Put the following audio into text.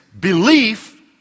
belief